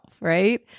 right